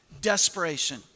desperation